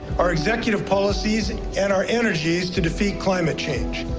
our executive policies, and our energies to defeat climate change.